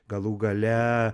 galų gale